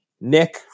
nick